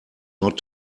not